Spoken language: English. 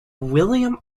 william